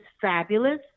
fabulous